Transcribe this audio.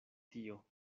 tio